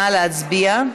נא להצביע.